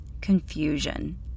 confusion